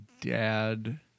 dad